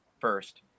first